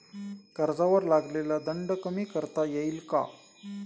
कर्जावर लागलेला दंड कमी करता येईल का?